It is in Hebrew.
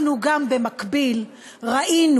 אנחנו גם במקביל ראינו